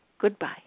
goodbye